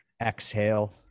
exhale